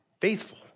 faithful